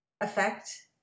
effect